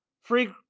free